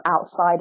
outside